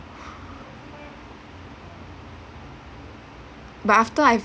but after I've